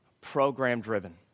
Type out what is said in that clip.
program-driven